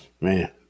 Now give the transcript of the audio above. Man